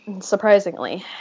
surprisingly